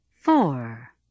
Four